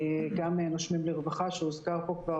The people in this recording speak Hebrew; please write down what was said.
גם "נושמים לרווחה" שהוזכר פה כבר,